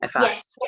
yes